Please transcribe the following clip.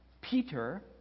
Peter